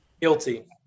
Guilty